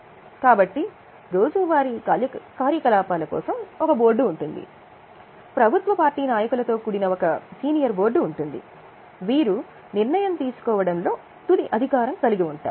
కాబట్టి రోజువారీ కార్యకలాపాల కోసం ఒక బోర్డు ఉంటుంది ప్రభుత్వ పార్టీ నాయకులతో కూడిన ఒక సీనియర్ బోర్డు ఉంటుంది వీరు నిర్ణయం తీసుకోవడంలో తుది రాధిక కారం కలిగి ఉంటారు